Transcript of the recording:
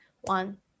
one